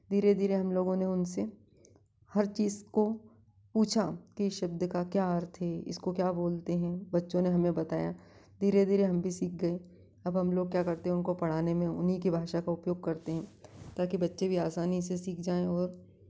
धीरे धीरे हम लोगों ने उनसे हर चीज़ को पूछा कि इस शब्द का क्या अर्थ है इसको क्या बोलते हैं बच्चों ने हमें बताया धीरे धीरे हम भी सीख गए अब हम लोग क्या करते हैं उनको पढ़ाने में उन्हीं की भाषा का उपयोग करते हैं ताकि बच्चे भी आसानी से सीख जाएँ और